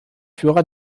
führer